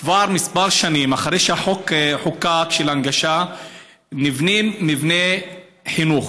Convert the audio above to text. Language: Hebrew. כבר כמה שנים אחרי שהחוק של ההנגשה חוקק נבנים מבני חינוך,